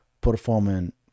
performance